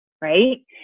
right